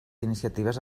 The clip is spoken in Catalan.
iniciatives